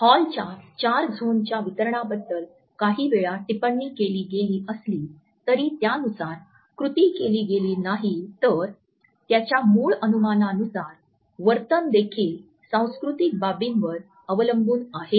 हॉलच्या चार झोनच्या वितरणाबद्दल काहीवेळा टिप्पणी केली गेली असली तरी त्यानुसार कृती केली गेली नाही तर त्याच्या मूळ अनुमानानुसार वर्तन देखील सांस्कृतिक बाबींवर अवलंबून आहे